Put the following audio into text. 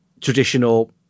traditional